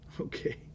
Okay